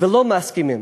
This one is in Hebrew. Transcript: ולא מסכימים,